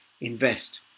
invest